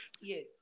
Yes